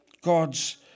God's